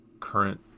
current